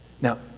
Now